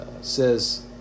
says